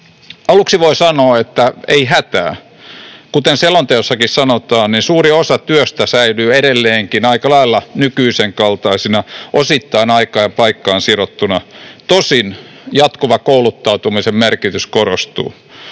Aluksi voi sanoa, että ei hätää. Kuten selonteossakin sanotaan, suuri osa työstä säilyy edelleenkin aika lailla nykyisen kaltaisena, osittain aikaan ja paikkaan sidottuna. Tosin jatkuvan kouluttautumisen merkitys korostuu.